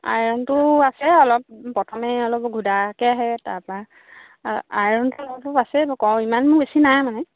আইৰণটো আছে অলপ প্ৰথমে অলপ ঘোদাকৈ আহে তাৰপৰা আইৰণটো অলপ অলপ আছে বাৰু ইমাননো বেছি নাই মানে